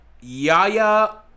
Yaya